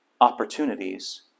opportunities